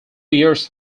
years